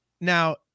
Now